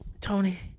Tony